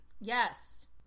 Yes